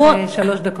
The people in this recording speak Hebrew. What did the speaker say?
יש לך שלוש דקות.